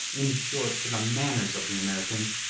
in short, to the manners of the americans,